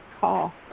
call